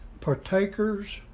partakers